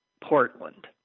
Portland